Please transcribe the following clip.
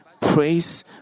praise